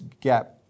gap